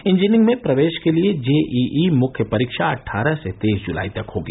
engineering में प्रवेश के लिए जे ई मुख्य परीक्षा अट्ठारह से तेईस जुलाई तक होगी